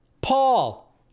Paul